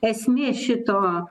esmė šito